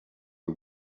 you